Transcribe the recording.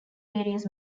various